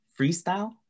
freestyle